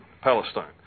Palestine